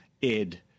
id